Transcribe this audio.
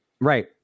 right